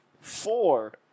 four